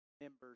members